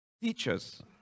teaches